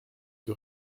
que